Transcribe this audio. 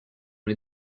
les